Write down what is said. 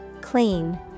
Clean